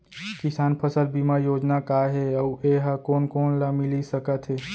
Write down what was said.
किसान फसल बीमा योजना का हे अऊ ए हा कोन कोन ला मिलिस सकत हे?